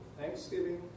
thanksgiving